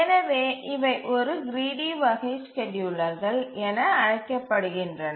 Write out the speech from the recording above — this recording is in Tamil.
எனவே இவை ஒரு கிரீடி வகை ஸ்கேட்யூலர்கள் என அழைக்கப்படுகின்றன